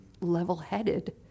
level-headed